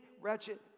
wretched